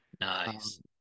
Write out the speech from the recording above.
nice